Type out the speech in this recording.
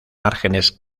márgenes